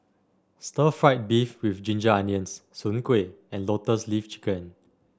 Stir Fried Beef with Ginger Onions Soon Kway and Lotus Leaf Chicken